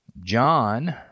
John